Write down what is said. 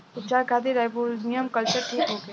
उपचार खातिर rhizobium culture ठीक होखे?